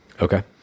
Okay